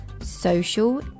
social